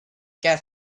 get